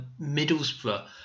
Middlesbrough